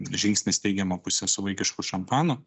žingsnis teigiama pusė su vaikišku šampanu